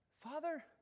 Father